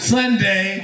Sunday